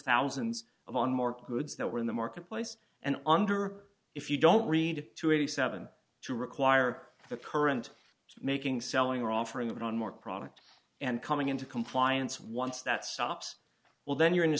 thousands of on more prudes that were in the marketplace and under if you don't read to eighty seven to require the current making selling or offering it on more product and coming into compliance once that stops well then you're in